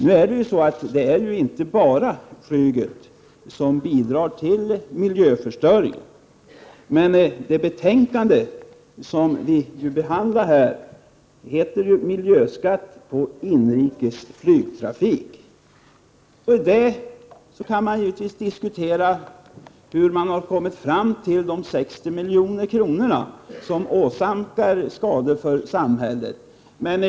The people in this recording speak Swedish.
Nu är det inte bara flyget som bidrar till miljöförstöringen. Men det betänkande vi här behandlar heter ju Miljöskatt på inrikes flygtrafik. Det kan givetvis diskuteras hur man har kommit fram till att kostnaderna för de skador som åsamkas samhället är just 60 miljoner.